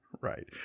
Right